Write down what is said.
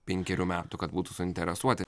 penkerių metų kad būtų suinteresuoti